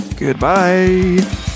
Goodbye